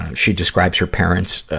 she describes her parents, ah,